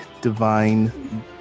divine